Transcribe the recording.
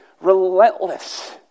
relentless